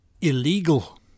illegal